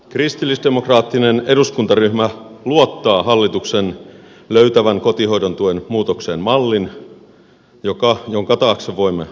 kristillisdemokraattinen eduskuntaryhmä luottaa hallituksen löytävän kotihoidon tuen muutokseen mallin jonka taakse voimme asettua